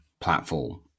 platform